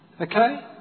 Okay